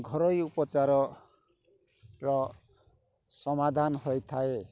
ଘରୋଇ ଉପଚାରର ସମାଧାନ ହୋଇଥାଏ